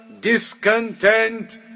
discontent